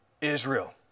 Israel